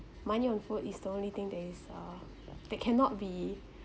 money on food is the only thing that is uh that cannot be